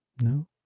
No